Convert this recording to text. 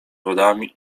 wodami